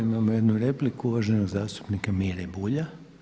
Imamo jednu repliku uvaženog zastupnika Mire Bulja.